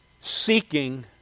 seeking